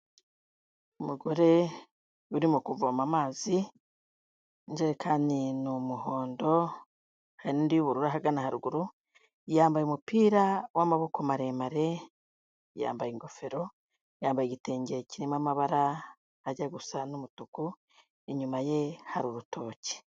Umugore urimo kuvoma amazi, ijekani ni umuhondo, hari n'indi y'ubururu ahagana haruguru, yambaye umupira w'amaboko maremare, yambaye ingofero, yambaye igitenge kirimo amabara ajya gusa n'umutuku, inyuma ye hari urutoki.